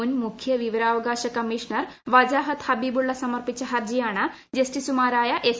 മുൻ മുഖ്യ വിവരാവകാശ കമ്മീഷണർ വജാഹത് ഹബീബുള്ള സമർപ്പിച്ച ഹർജിയാണ് ജസ്റ്റിസുമാരായ എസ്